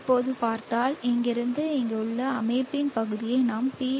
இப்போது பார்த்தால் இங்கிருந்து இங்குள்ள அமைப்பின் பகுதியை நாம் PV